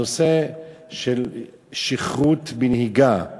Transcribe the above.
הנושא של נהיגה בשכרות.